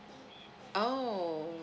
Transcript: oh